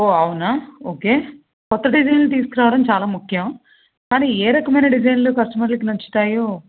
ఓ అవునా ఓకే కొత్త డిజైన్లు తీసుకురావడం చాలా ముఖ్యం కానీ ఏ రకమైన డిజైన్లు కస్టమర్లకి నచ్చుతాయో